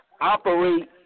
operate